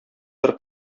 бер